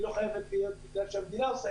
היא לא חייבת להיות בגלל שהמדינה עושה,